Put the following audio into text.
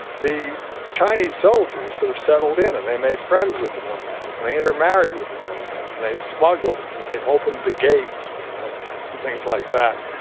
the chinese soldiers sort of settled in and they made friends with the nomads and they intermarried with the nomads and they smuggled and they opened the gates for the nomads and things like that.